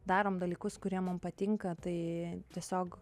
darom dalykus kurie mum patinka tai tiesiog